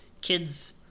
kids